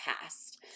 past